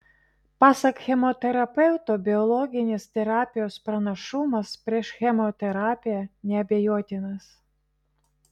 pasak chemoterapeuto biologinės terapijos pranašumas prieš chemoterapiją neabejotinas